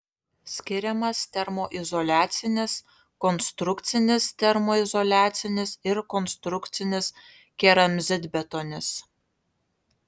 skiriamas termoizoliacinis konstrukcinis termoizoliacinis ir konstrukcinis keramzitbetonis